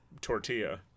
tortilla